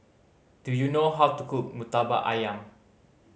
do you know how to cook Murtabak Ayam